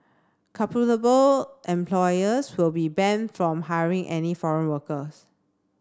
culpable employers will be banned from hiring any foreign workers